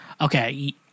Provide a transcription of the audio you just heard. okay